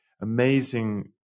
amazing